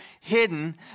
hidden